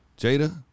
Jada